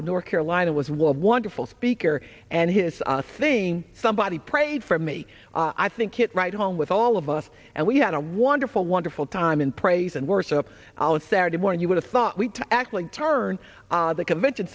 of north carolina was warm wonderful speaker and his thing somebody prayed for me i think it right home with all of us and we had a wonderful wonderful time in praise and worship allah saturday morning you would have thought we'd actually turn the convention